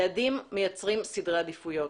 יעדים מיצרים סדרי עדיפויות,